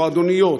מועדוניות,